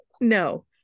no